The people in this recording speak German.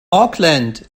auckland